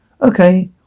Okay